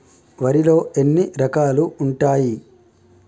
వరిలో ఎన్ని రకాలు ఉంటాయి?